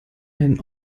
einen